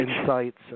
insights